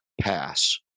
pass